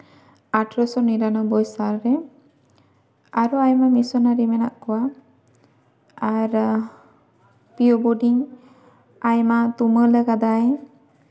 ᱟᱴᱷᱨᱳᱥᱚ ᱱᱤᱨᱟᱱᱚᱵᱵᱚᱭ ᱥᱟᱞᱨᱮ ᱟᱨᱚ ᱟᱭᱢᱟ ᱢᱤᱥᱚᱱᱟᱨᱤ ᱢᱮᱱᱟᱜ ᱠᱚᱣᱟ ᱟᱨ ᱯᱤ ᱳ ᱵᱳᱰᱤᱝ ᱟᱭᱢᱟ ᱛᱩᱢᱟᱹᱞ ᱟᱠᱟᱫᱟᱭ